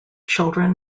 children